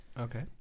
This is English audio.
Okay